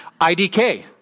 IDK